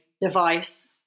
device